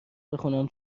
بخونم